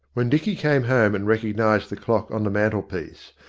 when dicky came home and recognised the clock on the mantelpiece,